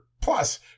plus